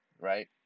right